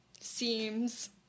Seems